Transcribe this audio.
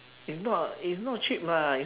it's not it's not cheap ah